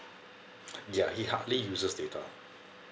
ya he hardly uses data